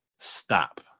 stop